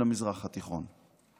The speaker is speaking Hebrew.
של המזרח התיכון.